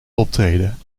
optreden